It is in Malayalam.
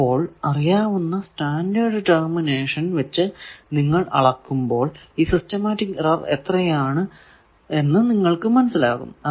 അപ്പോൾ അറിയാവുന്ന സ്റ്റാൻഡേർഡ് ടെർമിനേഷൻ വച്ച് നിങ്ങൾ അളക്കുമ്പോൾ ഈ സിസ്റ്റമാറ്റിക് എറർ എത്രയാണെന്ന് നിങ്ങൾക്കു മനസ്സിലാകും